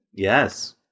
Yes